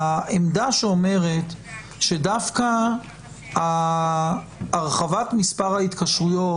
העמדה שאומרת שדווקא הרחבת מספר ההתקשרויות,